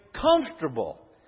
comfortable